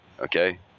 okay